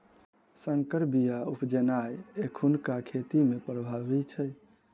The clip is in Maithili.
सँकर बीया उपजेनाइ एखुनका खेती मे प्रभावी छै